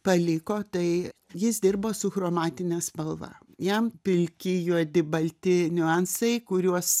paliko tai jis dirbo su chromatine spalva jam pilki juodi balti niuansai kuriuos